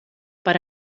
per